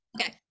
Okay